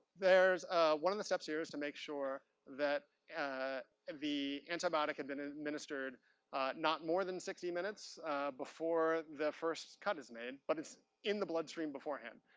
one of the steps here is to make sure that the antibiotic had been administered not more than sixty minutes before the first cut is made, but it's in the bloodstream before hand.